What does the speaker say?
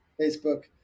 Facebook